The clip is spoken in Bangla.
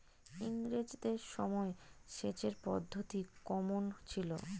ইঙরেজদের সময় সেচের পদ্ধতি কমন ছিল?